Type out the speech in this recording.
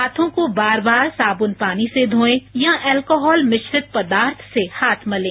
हांथों को बार बार साबुन पानी से धोएं या अल्कोहल मिश्रित पदार्थ से हाथ मलें